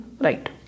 Right